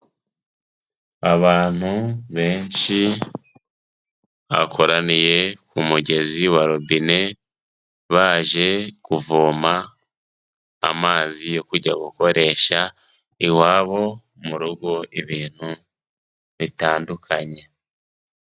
Abantu benshi bakoraniye ku mugezi wa robine baje kuvoma amazi yo kujya gukoresha iwabo mu rugo ibintu bitandukanye.